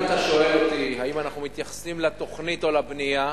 אם אתה שואל אותי אם אנחנו מתייחסים לתוכנית או לבנייה,